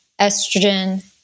estrogen